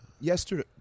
yesterday